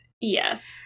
Yes